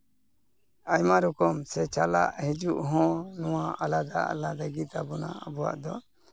ᱟᱭᱢᱟ ᱨᱚᱠᱚᱢ ᱥᱮ ᱪᱟᱞᱟᱜ ᱦᱤᱡᱩᱜ ᱦᱚᱸ ᱱᱚᱣᱟ ᱟᱞᱟᱫᱟ ᱟᱞᱟᱫᱟ ᱜᱮᱛᱟ ᱵᱚᱱᱟ ᱟᱵᱚᱣᱟᱜ ᱫᱚ